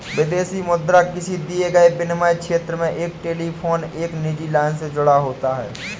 विदेशी मुद्रा किसी दिए गए विनिमय क्षेत्र में एक टेलीफोन एक निजी लाइन से जुड़ा होता है